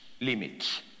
limits